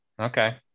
okay